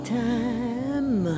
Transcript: time